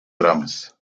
dramas